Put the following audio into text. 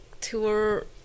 tour